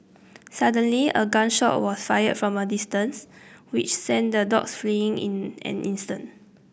suddenly a gun shot was fired from a distance which sent the dogs fleeing in an instant